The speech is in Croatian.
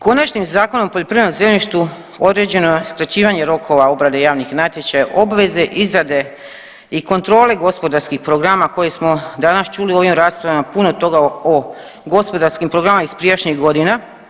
Konačnim Zakonom o poljoprivrednom zemljištu određeno je skraćivanje rokova javnih natječaja, obveze, izrade i kontrole gospodarskih programa koji smo danas čuli u ovim rasprava puno toga o gospodarskim programima iz prijašnjih godina.